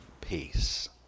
peace